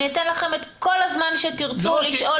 אני אתן לכם את כל הזמן שתרצו לשאול